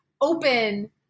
open